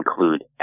include